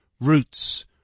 roots